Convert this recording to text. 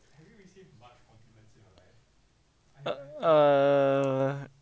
uh err